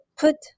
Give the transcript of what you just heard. put